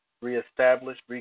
reestablished